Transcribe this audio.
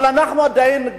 אבל אנחנו עדיין,